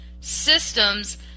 systems